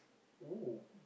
!wow!